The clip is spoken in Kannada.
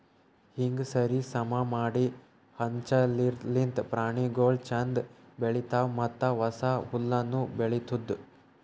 ಹೀಂಗ್ ಸರಿ ಸಮಾ ಮಾಡಿ ಹಂಚದಿರ್ಲಿಂತ್ ಪ್ರಾಣಿಗೊಳ್ ಛಂದ್ ಬೆಳಿತಾವ್ ಮತ್ತ ಹೊಸ ಹುಲ್ಲುನು ಬೆಳಿತ್ತುದ್